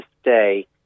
stay